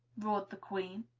roared the queen.